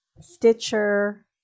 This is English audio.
Stitcher